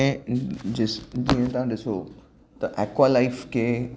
ऐं जिस जीअं तव्हां ॾिसो त एक्वालाइफ़ खे